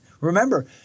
Remember